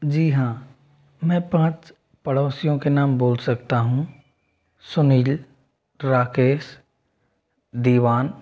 जी हाँ मैं पाँच पड़ोसियों के नाम बोल सकता हूँ सुनील राकेश दीवान